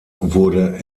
wurde